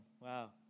Wow